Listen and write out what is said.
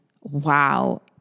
wow